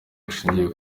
rushingiye